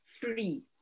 free